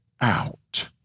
out